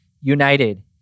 united